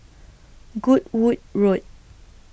Goodwood Road